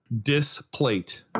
Displate